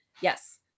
Yes